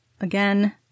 Again